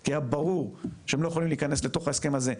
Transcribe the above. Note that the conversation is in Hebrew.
כי היה ברור שהם לא יכולים להיכנס לתוך ההסכם הזה,